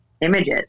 images